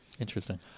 Interesting